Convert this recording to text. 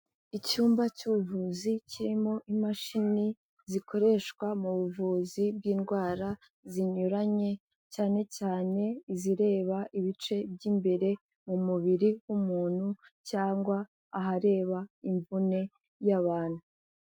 Icyumba cy'ubuvuzi kirimo imashini zikoreshwa mu buvuzi bw'indwara zinyuranye, cyane cyane izireba ibice by'imbere mu mubiri w'umuntu, cyangwa ahareba imvune y'abantu.